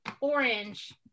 Orange